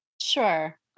sure